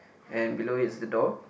and below is the door